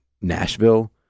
Nashville